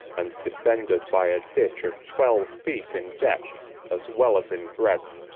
and defended by a ditch of twelve feet in depth as well as in breadth.